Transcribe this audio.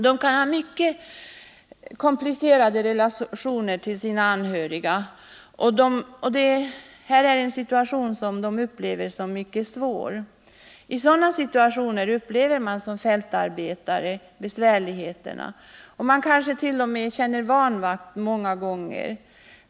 De kan ha mycket komplicerade relationer till sina anhöriga, och det kan många gånger vara mycket svårt för dem. I sådana situationer upplever man som fältarbetare besvärligheterna, och man kanske t.o.m. känner vanmakt.